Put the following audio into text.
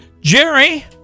Jerry